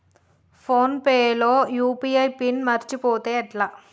Phone pay లో UPI PIN మరచిపోతే ఎట్లా?